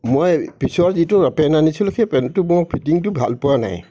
মই মিশ্ব'ৰ যিটো হাফ পেণ্ট আনিছিলোঁ সেই পেণ্টটো মই ফিটিংটো ভাল পোৱা নাই